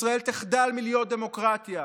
ישראל תחדל להיות דמוקרטיה,